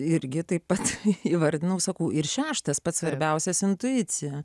irgi taip pat įvardino užsakų ir šeštas pats svarbiausias intuicija